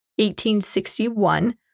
1861